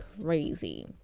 crazy